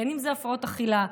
בין שזה הפרעות אכילה,